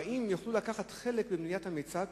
"הבאים יוכלו לקחת חלק בבניית המיצג",